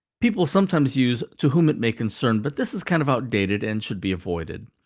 people sometimes use to whom it may concern, but this is kind of outdated and should be avoided.